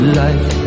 life